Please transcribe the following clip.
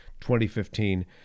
2015